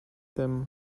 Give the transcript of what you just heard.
them